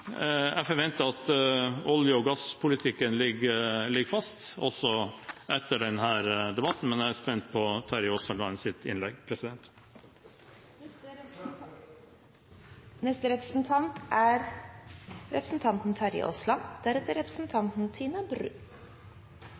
Jeg forventer at olje- og gasspolitikken ligger fast, også etter denne debatten, men jeg er spent på Terje Aaslands innlegg. Hvis representanten Korsberg har lest innstillingen, burde han ikke være så veldig forundret over det Terje Aasland